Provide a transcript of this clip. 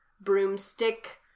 broomstick